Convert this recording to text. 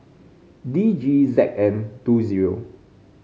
D G Z N two zero